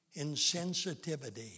Insensitivity